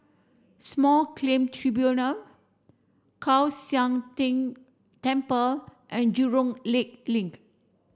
Small Claim Tribunal Kwan Siang Tng Temple and Jurong Lake Link